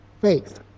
Faith